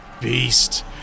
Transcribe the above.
beast